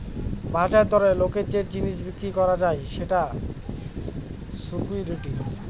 বাজার দরে লোকের যে জিনিস বিক্রি করা যায় সেটা সিকুইরিটি